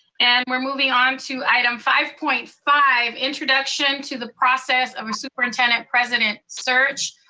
and we're moving on to item five point five, introduction to the process of a superintendent-president search.